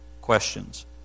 questions